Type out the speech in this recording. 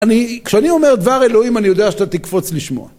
כשאני אומר דבר אלוהים, אני יודע שאתה תקפוץ לשמוע.